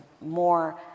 more